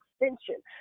extension